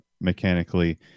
mechanically